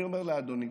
אני אומר לאדוני,